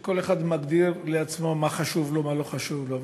וכל אחד מגדיר לעצמו מה חשוב לו ומה לא חשוב לו.